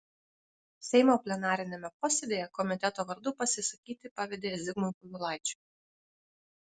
seimo plenariniame posėdyje komiteto vardu pasisakyti pavedė zigmui povilaičiui